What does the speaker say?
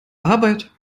arbeit